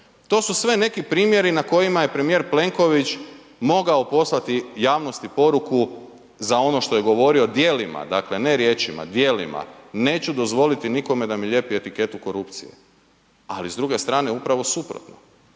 To su sve neki primjeri na kojima je premijer Plenković mogao poslati javnosti poruku za ono što je govorio, djelima, dakle ne riječima, djelima, neću dozvoliti nikome da mi lijepi etiketu korupcije. Ali s druge strane upravo suprotno.